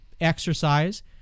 Exercise